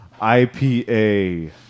IPA